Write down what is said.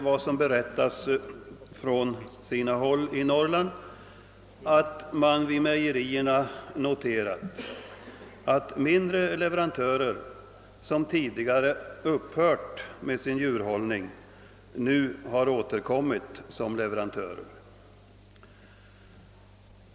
Vad som berättas från sina håll i Norrland är betecknande, nämligen att man vid mejerierna noterat att mindre leverantörer, som tidigare upphört med sin djurhållning, nu återkommit som leverantörer.